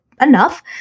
enough